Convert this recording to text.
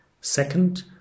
Second